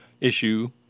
issue